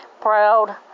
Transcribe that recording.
proud